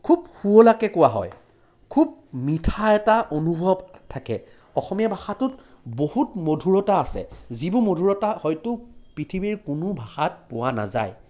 খুব শুৱলাকৈ কোৱা হয় খুব মিঠা এটা অনুভৱ থাকে অসমীয়া ভাষাটোত বহুত মধুৰতা আছে যিবোৰ মধুৰতা হয়তো পৃথিৱীৰ কোনো ভাষাত পোৱা নাযায়